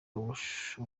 ububasha